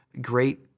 great